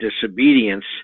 Disobedience